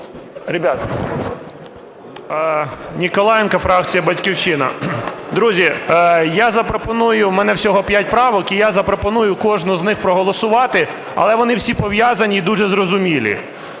А.І. Ніколаєнко, фракція "Батьківщина". Друзі, я запропоную… У мене всього 5 правок і я запропоную кожну з них проголосувати, але вони всі пов'язані і дуже зрозумілі.